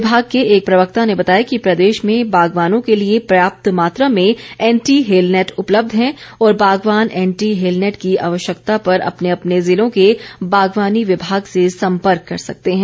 विभाग के एक प्रवक्ता ने बताया कि प्रदेश में बागवानों के लिए पर्याप्त मात्रा में एंटी हेलनेट उपलब्ध है और बागवान एंटी हेलनेट की आवश्यकता पर अपने अपने जिलों के बागवानी विभाग से संपर्क कर सकते हैं